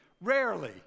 rarely